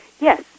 Yes